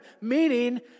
meaning